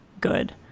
good